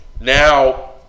now